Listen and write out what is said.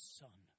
son